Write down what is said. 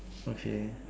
okay